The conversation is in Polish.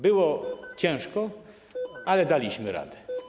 Było ciężko, ale daliśmy radę.